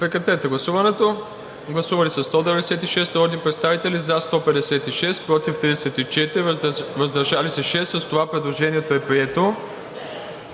на гласуване. Гласували 196 народни представители: за 156, против 34, въздържали се 6. С това предложението е прието.